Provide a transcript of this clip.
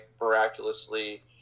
miraculously